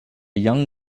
young